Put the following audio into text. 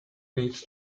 need